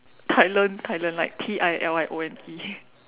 tilione tilione like T I L I O N E